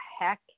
heck